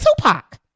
Tupac